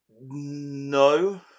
No